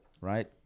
right